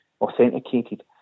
authenticated